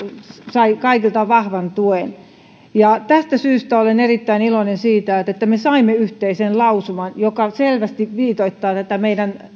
sai kaikilta vahvan tuen tästä syystä olen erittäin iloinen siitä että että me saimme yhteisen lausuman joka selvästi viitoittaa tätä meidän